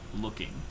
looking